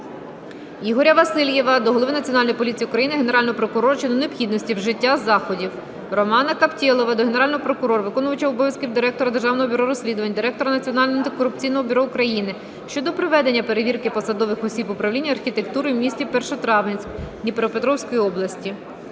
Ігоря Васильєва до голови Національної поліції України, Генерального прокурора щодо необхідності вжиття заходів. Романа Каптєлова до Генерального прокурора, виконувача обов'язків Директора Державного бюро розслідувань, Директора Національного антикорупційного бюро України щодо проведення перевірки посадових осіб управління архітектури в місті Першотравенськ Дніпропетровської області.